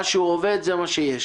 מה שהוא עובד, זה מה שיש.